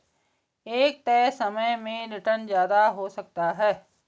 एक तय समय में रीटर्न ज्यादा हो सकता है